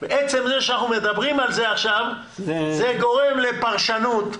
עצם זה שאנחנו מדברים על זה עכשיו זה גורם לפרשנות,